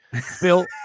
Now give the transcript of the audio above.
phil